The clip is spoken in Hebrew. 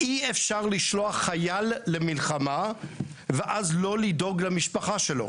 אי אפשר לשלוח חייל למלחמה ואז לא לדאוג למשפחה שלו.